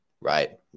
right